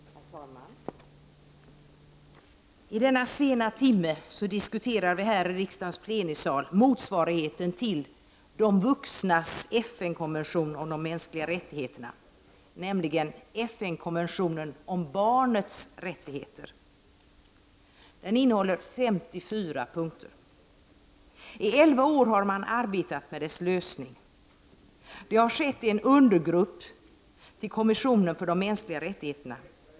Herr talman! I denna sena timme diskuterar vi här i riksdagens plenisal motsvarigheten till de vuxnas FN-konvention om de mänskliga rättigheterna, nämligen FN-konventionen om barnets rättigheter. Den innehåller 54 punkter. I elva år har man arbetat med denna konvention. Det har skett i en undergrupp till kommissionen för de mänskliga rättigheterna.